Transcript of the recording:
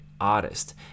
artist